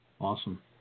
Awesome